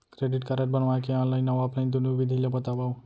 Credit card बनवाए के online अऊ ऑफलाइन दुनो विधि ला बतावव?